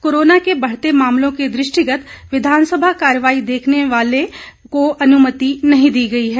corona के बढ़ते मामलों के दृष्टिगत विधानसभा कार्यवाही देखने आने वालों को अनुमति नहीं दी गई है